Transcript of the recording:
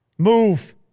Move